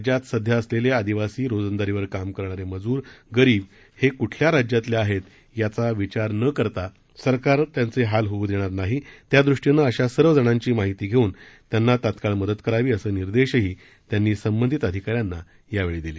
राज्यात सध्या असलेले आदिवासी रोजंदारीवर काम करणारे मजूर गरीब हे कुठल्या राज्यातले आहेत याचा विचार न करता सरकार त्यांचे हाल होऊ देणार नाही त्या दृष्टीनं अशा सर्व जणांची माहिती घेऊन त्यांना तात्काळ मदत करावी असे निर्देशही त्यांनी संबंधित अधिकाऱ्यांना यावेळी दिले